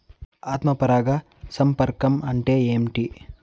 ఆత్మ పరాగ సంపర్కం అంటే ఏంటి?